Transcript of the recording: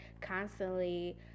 constantly